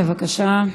בבקשה.